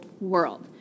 world